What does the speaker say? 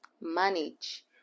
manage